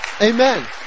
Amen